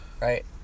Right